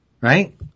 right